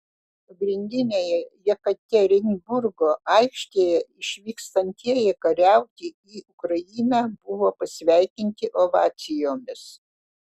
pagrindinėje jekaterinburgo aikštėje išvykstantieji kariauti į ukrainą buvo pasveikinti ovacijomis